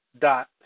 dot